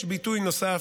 יש ביטוי נוסף,